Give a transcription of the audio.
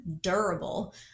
durable